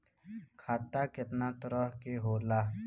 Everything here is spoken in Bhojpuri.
खाता केतना तरह के होला?